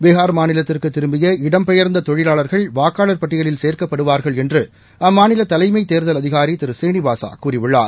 பீகார் மாநிலத்துக்கு திரும்பிய இடம்பெயர்ந்த தொழிலாளர்கள் வாக்காளர் படடியிலில் சேர்க்கப்படுவார்கள் என்று அம்மாநில தலைமை தேர்தல் அதிகாரி திரு ஸ்ரீனிவாசா கூறியுள்ளார்